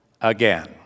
again